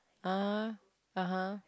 ah (uh huh)